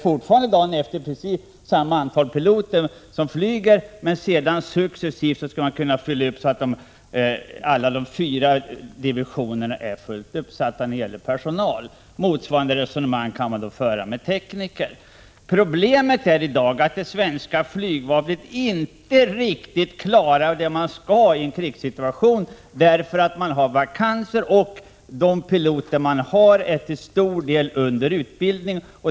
Inledningsvis är det precis samma antal piloter som flyger, men sedan skulle man successivt kunna fylla upp divisionerna så att till slut alla fyra är fulltaliga när det gäller personal. Motsvarande resonemang kan man föra i fråga om teknikerna. Problemet är att det svenska flygvapnet i dag inte riktigt klarar det som flygvapnet skall kunna i en krigssituation därför att man har vakanser och därför att de piloter som finns till stor del är under utbildning.